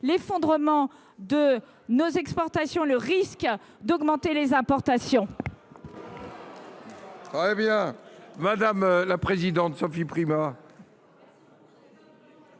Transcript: l’effondrement de nos exportations, et un risque d’augmentation des importations.